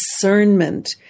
discernment